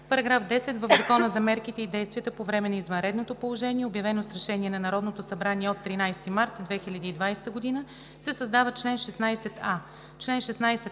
§ 10: „§ 10. В Закона за мерките и действията по време на извънредното положение, обявено с решение на Народното събрание от 13 март 2020 г. (обн., ДВ, бр.